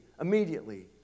immediately